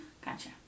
Gotcha